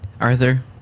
arthur